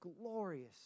glorious